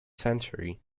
century